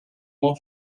uma